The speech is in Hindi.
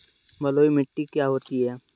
बलुइ मिट्टी क्या होती हैं?